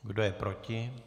Kdo je proti?